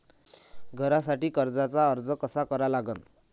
घरासाठी कर्जाचा अर्ज कसा करा लागन?